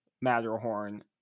Matterhorn